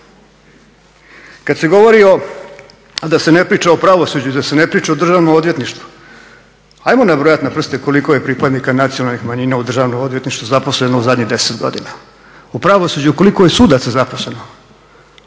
Kad se govori o, da se ne priča o pravosuđu, da se ne priča o Državnom odvjetništvu hajmo nabrojati na prste koliko je pripadnika nacionalnih manjina u Državnom odvjetništvu zaposleno u zadnjih 10 godina. U pravosuđu koliko je sudaca zaposleno?